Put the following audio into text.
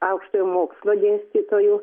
aukštojo mokslo dėstytojų